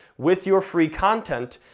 with your free content,